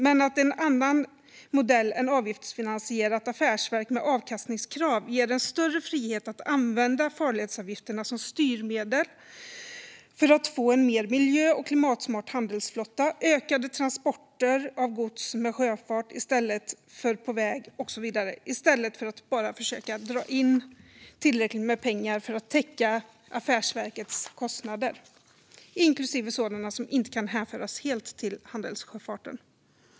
Men en annan modell än avgiftsfinansierat affärsverk med avkastningskrav ger en större frihet att använda farledsavgifterna som styrmedel för att få en mer miljö och klimatsmart handelsflotta, ökade transporter av gods med sjöfart i stället för på väg och så vidare. Det kan man uppnå med en annan modell i stället för att bara försöka dra in tillräckligt med pengar för att täcka affärsverkets kostnader, inklusive sådana som inte kan hänföras helt till handelssjöfarten.